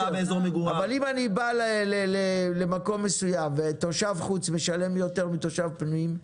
אבל אם אני בא למקום מסוים ותושב חוץ משלם יותר מתושב המקום,